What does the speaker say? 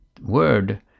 word